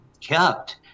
kept